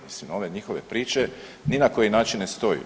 Mislim ove njihove priče ni na koji način ne stoje.